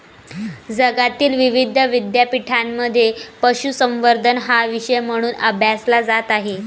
जगातील विविध विद्यापीठांमध्ये पशुसंवर्धन हा विषय म्हणून अभ्यासला जात आहे